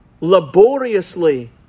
laboriously